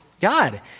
God